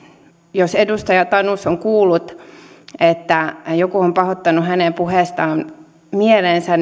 jos edustaja tanus on kuullut että että joku on pahoittanut hänen puheestaan mielensä